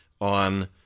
on